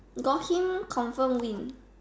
got him confirm win